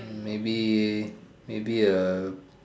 maybe maybe a